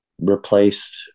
replaced